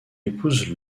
épouse